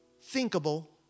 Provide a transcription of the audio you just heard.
thinkable